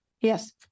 Yes